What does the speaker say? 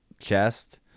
chest